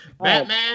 Batman